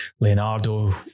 Leonardo